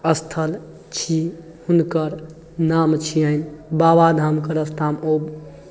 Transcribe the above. स्थल छी हिनकर नाम छियनि बाबाधामके रास्तामे ओ